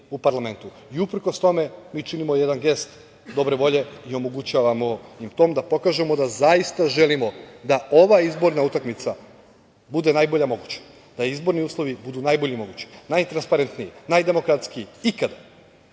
Uprkos tome mi činimo jedan gest dobre volje i omogućavamo im to da pokažemo da zaista želimo da ova izborna utakmica bude najbolja moguća, da izborni uslovi budu najbolji mogući, najtransparentniji, najdemokratskiji ikada. Uz